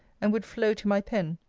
and would flow to my pen,